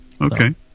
okay